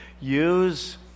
use